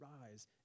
rise